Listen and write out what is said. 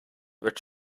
werd